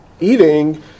eating